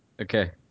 Okay